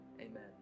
amen